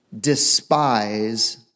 despise